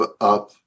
up